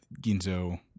Ginzo